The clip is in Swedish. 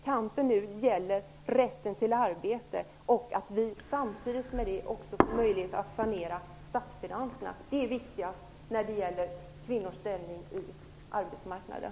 Kampen gäller nu rätten till arbete och att vi samtidigt får möjlighet att sanera statsfinanserna. Det är viktigast när det gäller kvinnornas ställning på arbetsmarknaden.